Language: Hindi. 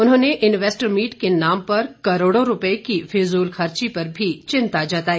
उन्होंने इन्वेस्टर मीट के नाम पर करोड़ों रूपए की फिजूल खर्ची पर भी चिंता जताई